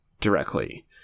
directly